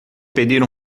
pedir